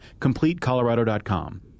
CompleteColorado.com